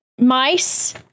mice